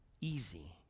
easy